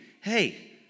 hey